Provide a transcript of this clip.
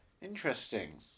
Interesting